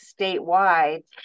statewide